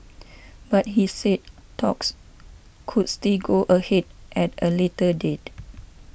but he said talks could still go ahead at a later date